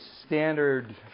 standard